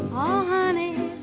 oh honey,